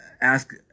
ask